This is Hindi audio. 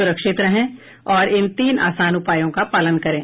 सुरक्षित रहें और इन तीन आसान उपायों का पालन करें